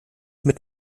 mit